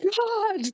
God